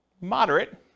Moderate